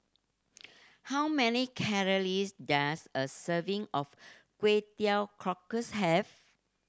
how many calories does a serving of Kway Teow Cockles have